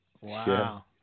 Wow